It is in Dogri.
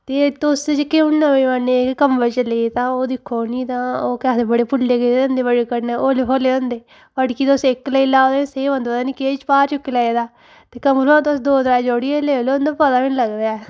ते तुस जेह्के हून नमें बने दे कंबल चले दे तां ओह् दिक्खो न तां ओह् केह् आखदे बड़े पुल्ले जे होंदे बड़े कन्नै होर होले होले होंदे फड़की तुस इक लेई लाओ सेही होंदा कि पता नी केह् भार चुक्की लेदा ते कंबल भला तुस दो त्रै जेड़ियै लेई लैओ उंदा पता बी नी लगदा ऐ